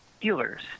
dealers